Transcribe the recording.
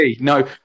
No